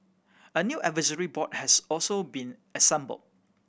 a new advisory board has also been assembled